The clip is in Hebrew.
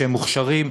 שהם מוכשרים,